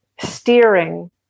steering